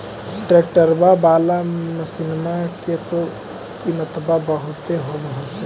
ट्रैक्टरबा बाला मसिन्मा के तो किमत्बा बहुते होब होतै?